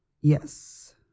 yes